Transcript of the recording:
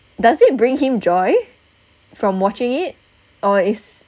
does it bring him joy from watching it or is